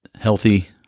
healthy